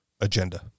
agenda